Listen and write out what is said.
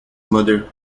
mother